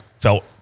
felt